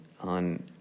on